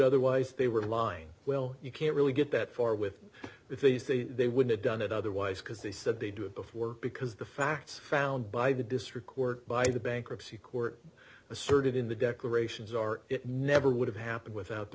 otherwise they were lying well you can't really get that far with these the they would have done it otherwise because they said they do it before because the facts found by the district court by the bankruptcy court asserted in the declarations are it never would have happened without the